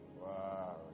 Wow